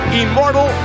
immortal